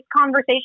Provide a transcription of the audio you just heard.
conversation